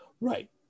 right